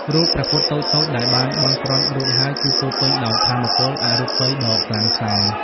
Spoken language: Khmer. រូបព្រះពុទ្ធតូចៗដែលបានបន់ស្រន់រួចហើយ គឺពោរពេញដោយថាមពលអរូបីយ៍ដ៏ខ្លាំងក្លា។